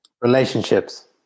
Relationships